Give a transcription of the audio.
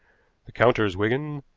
the counters, wigan,